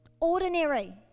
ordinary